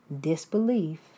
disbelief